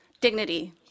dignity